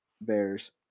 Bears